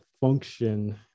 function